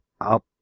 up